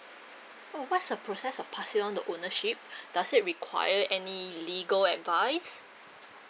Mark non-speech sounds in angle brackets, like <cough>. oh what's the process of passing on the ownership <breath> does it require any legal advice